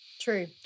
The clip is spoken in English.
True